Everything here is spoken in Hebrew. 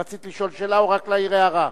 רצית לשאול שאלה, או רק להעיר הערה?